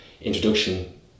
introduction